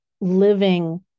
living